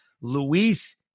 Luis